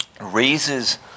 raises